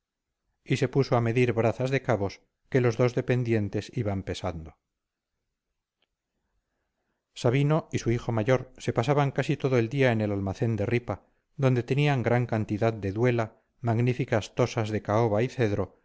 y se puso a medir brazas de cabos que los dos dependientes iban pesando sabino y su hijo mayor se pasaban casi todo el día en el almacén de ripa donde tenían gran cantidad de duela magníficas tosas de caoba y cedro